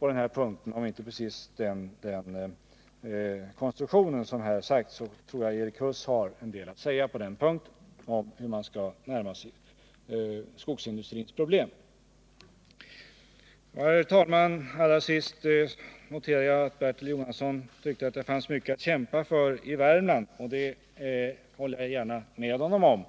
Även om det inte precis är en sådan konstruktion som har nämnts, så tror jag att Erik Huss har en del att säga om hur man skall närma sig skogsindustrins problem. Herr talman! Allra sist noterade jag att Bertil Jonasson tyckte att det finns mycket att kämpa för i Värmland, och det håller jag gärna med honom om.